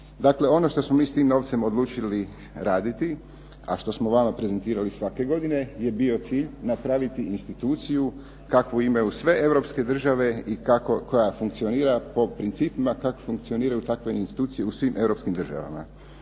Dakle ono šta smo mi s tim novcem odlučili raditi, a što smo vama prezentirali svake godine je bio cilj napraviti instituciju kakvu imaju sve europske države i kako koja funkcionira po principima kako funkcioniraju takve institucije u svim europskim državama.